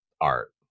art